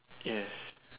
yes